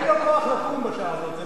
אין לו כוח לקום בשעה הזאת.